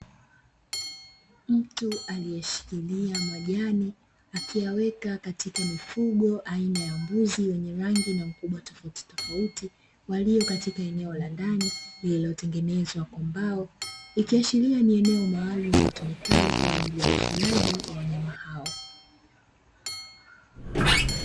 Mtu aliyeshikilia majani akiyaweka katika mifugo aina ya mbuzi wenye rangi na ukubwa tofautitofauti, waliyo katika eneo la ndani lililotengenezwa kwa mbao ikiashiria ni eneo maalumu litumikalo kwa ajili ya ufugaji wa wanyama hao.